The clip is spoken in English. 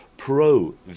pro